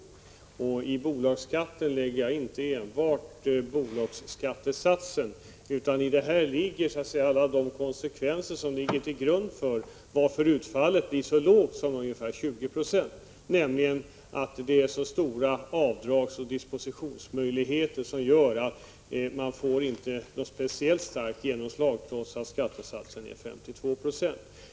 I begreppet bolagsskatt lägger jag då inte enbart bolagsskattesatsen utan även alla de faktorer som ligger till grund för att utfallet blir så lågt som ungefär 20 96. De stora avdragsoch dispositionsmöjligheterna gör nämligen att man inte får speciellt starkt genomslag, trots att skattesatsen är 52 96.